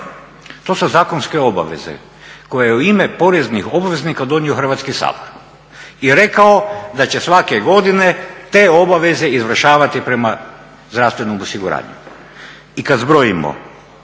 To su zakonske obaveze koje je u ime poreznih obveznika donio Hrvatski sabor i rekao da će svake godine te obaveze izvršavati prema zdravstvenom osiguranju.